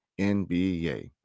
NBA